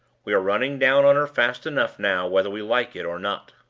we are running down on her fast enough now, whether we like it or not.